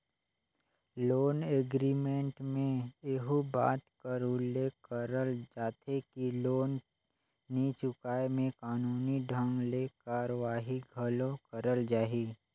loan agreement में एहू बात कर उल्लेख करल जाथे कि लोन नी चुकाय में कानूनी ढंग ले कारवाही घलो करल जाही